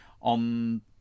on